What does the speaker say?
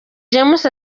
james